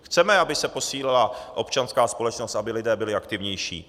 Chceme, aby se posílila občanská společnost, aby lidé byli aktivnější.